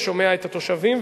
ושומע את התושבים,